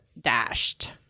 dashed